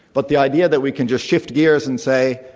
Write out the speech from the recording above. but the idea that we can just shift gears and say,